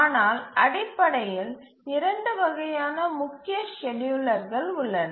ஆனால் அடிப்படையில் இரண்டு வகையான முக்கிய ஸ்கேட்யூலர்கள் உள்ளன